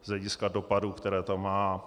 Z hlediska dopadů, které to má.